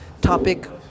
topic